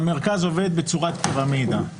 המרכז עובד בצורת פירמידה.